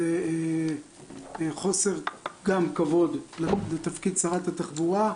זה חוסר כבוד גם לתפקיד שרת התחבורה,